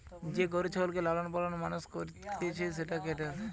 যে গরু ছাগলকে লালন পালন মানুষ করতিছে সেটা ক্যাটেল